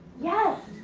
yes!